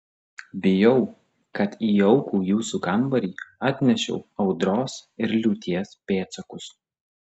bijau kad į jaukų jūsų kambarį atnešiau audros ir liūties pėdsakus